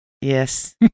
Yes